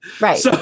Right